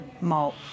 malt